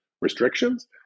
restrictions